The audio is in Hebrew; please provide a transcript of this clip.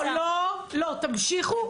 תמשיכו,